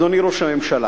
אדוני ראש הממשלה,